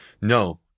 No